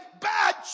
bad